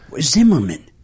Zimmerman